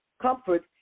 Comfort